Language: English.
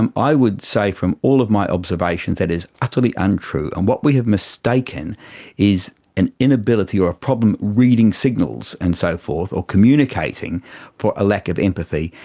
and i would say from all of my observations that is utterly untrue. and what we have mistaken is an inability or a problem reading signals and so forth or communicating for a lack of empathy,